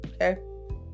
okay